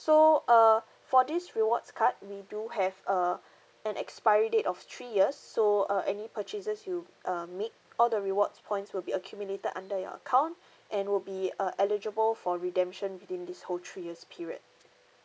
so uh for this rewards card we do have a an expiry date of three years so uh any purchases you uh make all the rewards points will be accumulated under your account and would be uh eligible for redemption within these whole three years period